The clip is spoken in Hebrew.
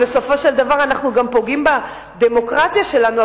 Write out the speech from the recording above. בסופו של דבר אנחנו גם פוגעים בדמוקרטיה שלנו,